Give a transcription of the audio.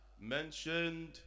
mentioned